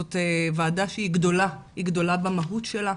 זאת ועדה שהיא גדולה במהות שלה,